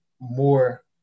more